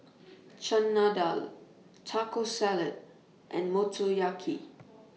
Chana Dal Taco Salad and Motoyaki